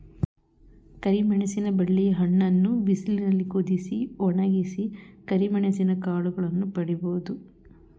ಕರಿಮೆಣಸಿನ ಬಳ್ಳಿಯ ಹಣ್ಣನ್ನು ಬಿಸಿಲಿನಲ್ಲಿ ಕುದಿಸಿ, ಒಣಗಿಸಿ ಕರಿಮೆಣಸಿನ ಕಾಳುಗಳನ್ನು ಪಡಿಬೋದು